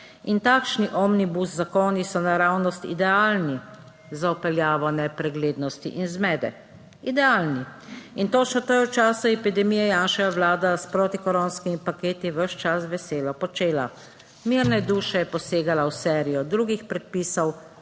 In takšni omnibus zakoni so naravnost idealni za vpeljavo nepreglednosti in zmede, idealni in to še, to je v času epidemije Janševa vlada s protikoronskimi paketi ves čas veselo počela. Mirne duše je posegala v serijo drugih predpisov